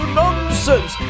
nonsense